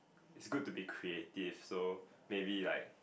it's good to be creative so maybe like